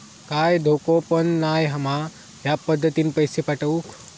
काय धोको पन नाय मा ह्या पद्धतीनं पैसे पाठउक?